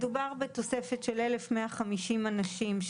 מדובר בתוספת של 1,150 אנשים,